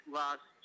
last